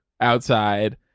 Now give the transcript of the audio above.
outside